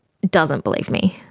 doesn't believe me?